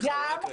רק רגע.